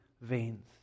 veins